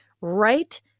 right